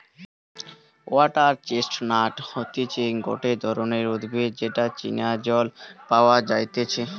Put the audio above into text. water chestnut হতিছে গটে ধরণের উদ্ভিদ যেটা চীনা জল পাওয়া যাইতেছে